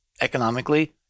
economically